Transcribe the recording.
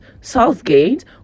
Southgate